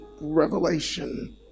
revelation